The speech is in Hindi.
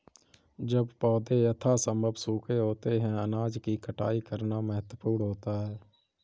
जब पौधे यथासंभव सूखे होते हैं अनाज की कटाई करना महत्वपूर्ण होता है